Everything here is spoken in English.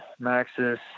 Maxis